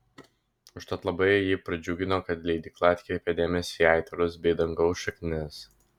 užtat labai jį pradžiugino kad leidykla atkreipė dėmesį į aitvarus bei dangaus šaknis